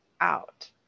out